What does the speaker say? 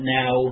now